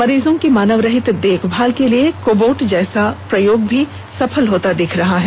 मरीजों की मानवरहित देखभाल के लिए कोबोट जैसा प्रयोग भी सफल होता दिख रहा है